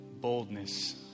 boldness